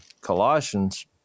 Colossians